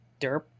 derp